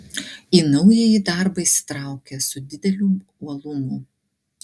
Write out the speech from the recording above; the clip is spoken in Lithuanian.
į naująjį darbą įsitraukė su dideliu uolumu